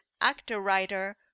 actor-writer